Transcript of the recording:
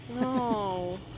No